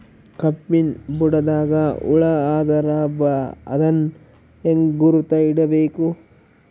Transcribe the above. ಕಬ್ಬಿನ್ ಬುಡದಾಗ ಹುಳ ಆದರ ಅದನ್ ಹೆಂಗ್ ಗುರುತ ಹಿಡಿಬೇಕ?